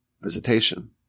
visitation